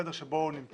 בחדר שבו הוא נמצא,